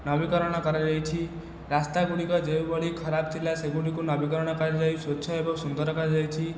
ନବୀକରଣ କରାଯାଇଛି ରାସ୍ତା ଗୁଡ଼ିକ ଯେଉଁ ଭଳି ଖରାପ ଥିଲା ସେଗୁଡ଼ିକୁ ନବୀକରଣ କରାଯାଇ ସ୍ଵଚ୍ଛ ଏବଂ ସୁନ୍ଦର କରାଯାଇଛି